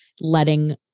letting